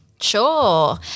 Sure